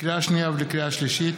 לקריאה שנייה ולקריאה שלישית,